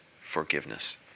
forgiveness